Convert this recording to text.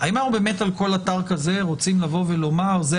האם על כל אתר כזה אנחנו רוצים לבוא ולומר שזה